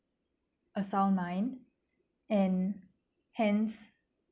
asinine and hence